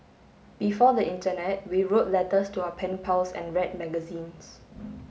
before the internet we wrote letters to our pen pals and read magazines